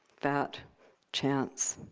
fat chance.